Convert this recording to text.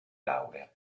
laurea